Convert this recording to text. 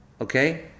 Okay